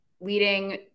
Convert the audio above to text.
leading